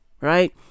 Right